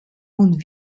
und